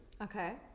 Okay